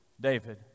David